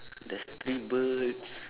there's three birds